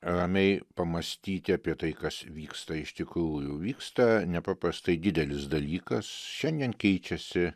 ramiai pamąstyti apie tai kas vyksta iš tikrųjų vyksta nepaprastai didelis dalykas šiandien keičiasi